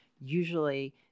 Usually